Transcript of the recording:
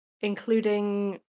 including